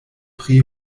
pri